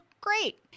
great